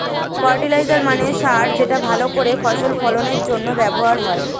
fertiliser মানে সার যেটা ভালো করে ফসল ফলনের জন্য ব্যবহার হয়